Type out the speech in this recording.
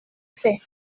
fait